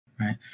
right